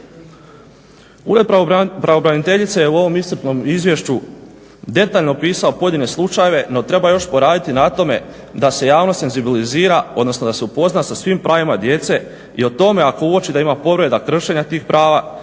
Ured pravobraniteljice je u ovom iscrpnom izvješću detaljno opisao pojedine slučajeve no treba još poraditi na tome da se javnost senzibilizira odnosno da se upozna sa svim pravima djece i o tome ako uoči da ima povreda kršenja tih prava